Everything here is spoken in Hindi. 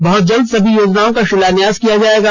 बहुत जल्द सभी योजनाओं का शिलान्यास किया जायेगा